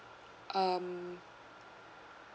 um